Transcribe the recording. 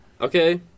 Okay